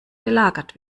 gelagert